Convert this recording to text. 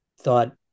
thought